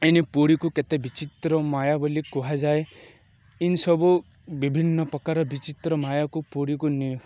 ଏମିତି ପୁରୀକୁ କେତେ ବିଚିତ୍ର ମୟା ବୋଲି କୁହାଯାଏ ଏମିତି ସବୁ ବିଭିନ୍ନ ପ୍ରକାର ବିଚିତ୍ର ମାୟାକୁ ପୁରୀକୁ ନି